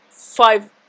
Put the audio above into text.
Five